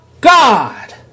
God